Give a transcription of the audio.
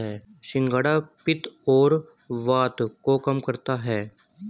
सिंघाड़ा पित्त और वात को कम करता है